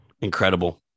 incredible